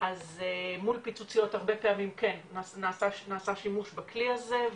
אז מול פיצוציות הרבה פעמים כן נעשה שימוש בכלי הזה.